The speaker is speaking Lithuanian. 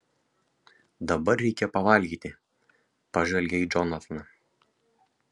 dabar reikia pavalgyti pažvelgia į džonataną